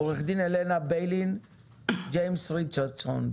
עורכת דין הלנה ביילין, ג'יימס ריצ'רדסון.